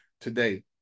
today